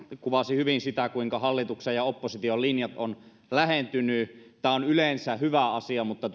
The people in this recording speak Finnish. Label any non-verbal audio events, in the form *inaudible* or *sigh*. kuvasi hyvin sitä kuinka hallituksen ja opposition linjat ovat lähentyneet tämä on yleensä hyvä asia mutta *unintelligible*